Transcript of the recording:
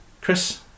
Chris